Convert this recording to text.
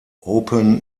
open